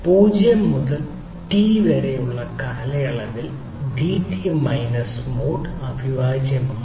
0 മുതൽ T വരെയുള്ള കാലയളവിൽ D t minus R t mod അവിഭാജ്യമാണ്